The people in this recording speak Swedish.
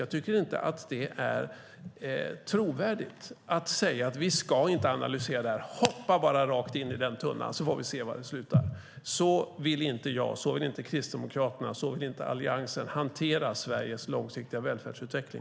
Jag tycker inte att det är trovärdigt att säga att vi ska inte analysera det här, utan vi ska bara hoppa rakt in i den tunnan så får vi se var det slutar! Så vill inte jag, Kristdemokraterna och Alliansen hantera Sveriges långsiktiga välfärdsutveckling.